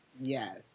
Yes